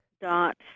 Dot